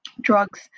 drugs